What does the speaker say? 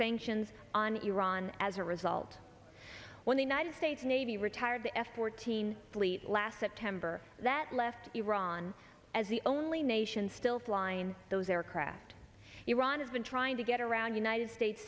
sanctions on iran as a result when the united states navy retired the f fourteen fleet last september that left iran as the only nation still flying those aircraft iran has been trying to get around united states